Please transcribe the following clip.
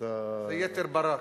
זה יתר ברק.